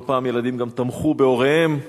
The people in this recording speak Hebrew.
לא פעם ילדים גם תמכו בהוריהם.